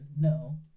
no